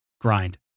grind